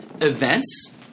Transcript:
events